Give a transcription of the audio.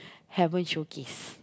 haven't showcase